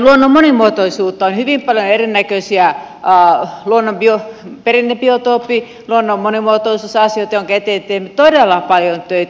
on hyvin paljon erinäköisiä perinnebiotooppi luonnon monimuotoisuusasioita joiden eteen teemme todella paljon töitä